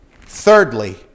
Thirdly